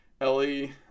Ellie